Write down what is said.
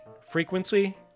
frequency